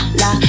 la